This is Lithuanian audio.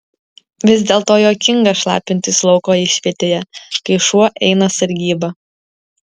vis dėlto juokinga šlapintis lauko išvietėje kai šuo eina sargybą